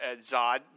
Zod